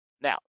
Now